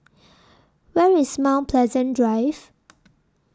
Where IS Mount Pleasant Drive